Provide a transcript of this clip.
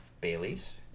Baileys